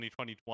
2021